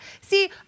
See